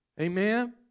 Amen